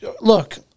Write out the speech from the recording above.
look